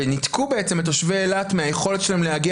וניתקו בעצם את תושבי אילת מהיכולת שלהם להגיע